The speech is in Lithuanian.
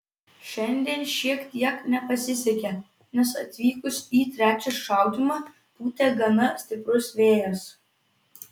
šiandien šiek tiek nepasisekė nes atvykus į trečią šaudymą pūtė gana stiprus vėjas